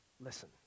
Listen